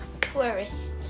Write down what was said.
tourists